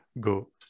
Go